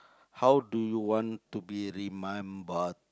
how do you want to be remembered